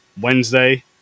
Wednesday